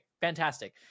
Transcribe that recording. Fantastic